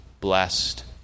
blessed